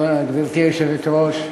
גברתי היושבת-ראש,